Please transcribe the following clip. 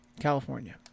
California